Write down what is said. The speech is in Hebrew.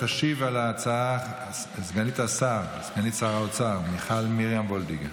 תשיב על ההצעה סגנית שר האוצר מיכל מרים וולדיגר.